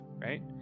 right